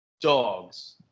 dogs